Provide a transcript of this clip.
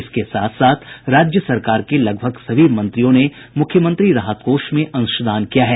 इसके साथ साथ राज्य सरकार के लगभग सभी मंत्रियों ने मुख्यमंत्री राहत कोष में अंशदान किया है